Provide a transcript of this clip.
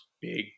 big